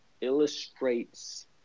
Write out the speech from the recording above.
illustrates